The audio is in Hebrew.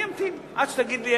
אני אמתין עד שאתה תגיד לי.